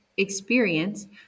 Experience